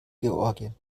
georgien